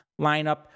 lineup